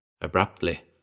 Abruptly